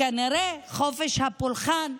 כנראה חופש הפולחן,